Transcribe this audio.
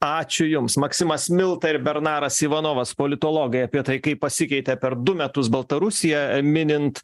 ačiū jums maksimas milta ir bernaras ivanovas politologai apie tai kaip pasikeitė per du metus baltarusija minint